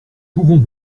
pouvons